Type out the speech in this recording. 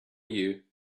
you